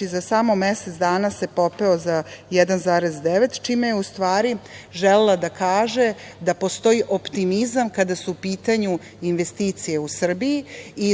za samo mesec dana se popeo za 1,9, čime je želela da kaže da postoji optimizam kada su u pitanju investicije u Srbiji.